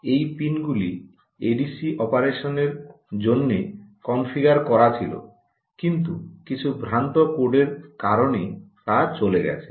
এই পিনগুলি এডিসি অপারেশনের জন্য কনফিগার করা ছিল কিন্তু কিছু ভ্রান্ত কোডের কারণে তা চলে গেছে